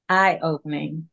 eye-opening